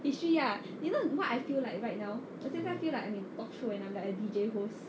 history ya you know what I feel like right now 我现在 feel like I'm in talk show and I'm like a D_J host